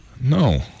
No